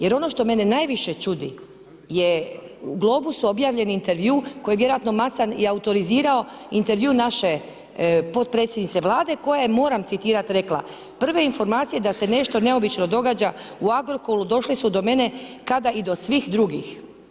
Jer ono što mene najviše čudi je u Globus objavljeni intervju kojeg vjerojatno Macan je autorizirao, intervju naše potpredsjednice Vlade koja je, moram citirati, rekla: prve informacije da se nešto neobično događa u Agrokoru došle su do mene kada i do svih drugih.